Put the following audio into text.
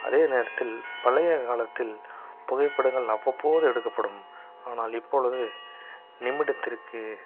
அதே நேரத்தில் பழைய காலத்தில் புகைப்படங்கள் அவ்வப்போது எடுக்கப்படும் ஆனால் இப்பொழுது நிமிடத்திற்கு